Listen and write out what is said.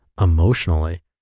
emotionally